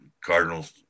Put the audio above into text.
Cardinals